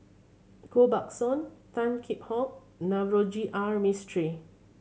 Koh Buck Song Tan Kheam Hock Navroji R Mistri